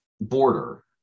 border